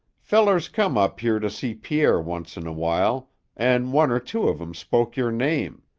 fellers come up here to see pierre once in a while an' one or two of em spoke your name.